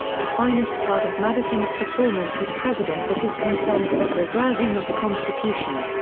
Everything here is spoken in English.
the finest part of madison's performance as president was his concern for the preserving of the constitution.